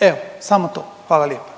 Evo, samo to. Hvala lijepa.